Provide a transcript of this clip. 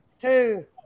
Two